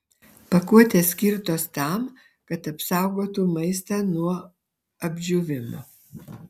pakuotės skirtos tam kad apsaugotų maistą nuo apdžiūvimo